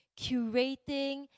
curating